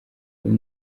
uyu